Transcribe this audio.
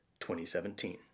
2017